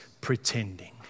pretending